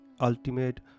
ultimate